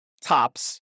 tops